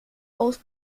aus